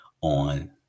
on